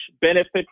benefit